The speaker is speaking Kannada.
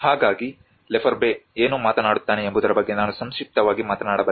ಹಾಗಾಗಿ ಲೆಫೆಬ್ರೆ ಏನು ಮಾತನಾಡುತ್ತಾನೆ ಎಂಬುದರ ಬಗ್ಗೆ ನಾನು ಸಂಕ್ಷಿಪ್ತವಾಗಿ ಮಾತನಾಡಬಲ್ಲೆ